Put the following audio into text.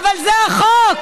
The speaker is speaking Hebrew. אבל זה החוק.